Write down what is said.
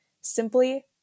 simply